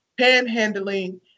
panhandling